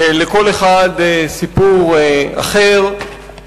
לכל אחד סיפור אחר,